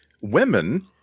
women